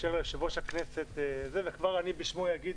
נאפשר ליושב-ראש הכנסת זה וכבר אני בשמו אגיד